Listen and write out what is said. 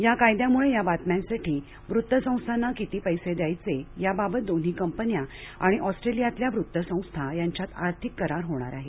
या कायद्यामुळं या बातम्यांसाठी वृत्तसंस्थांना किती पैसे द्यायचे याबाबत दोन्ही कंपन्या आणि ऑस्ट्रेलियातल्या वृत्त संस्था यांच्यात आर्थिक करार होणार आहेत